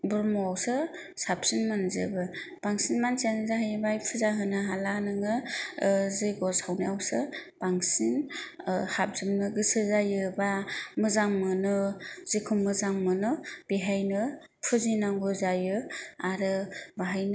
ब्रह्मआवसो साबसिन मोनजोबो बांसिन मानसियानो जाहैबाय फुजा होनो हाला नोङो जय्ग सावनायावसो बांसिन हाबजोबनो गोसो जायो एबा मोजां मोनो जेखौ मोजां मोनो बेहायनो फुजिनांगौ जायो आरो बेहायनो